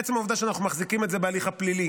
עצם העובדה שאנחנו מחזיקים את זה בהליך הפלילי